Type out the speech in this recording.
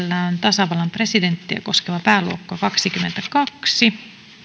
tasavallan presidenttiä koskeva pääluokka kaksikymmentäkaksi